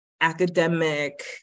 academic